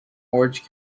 orange